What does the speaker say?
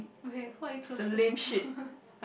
okay who are you close to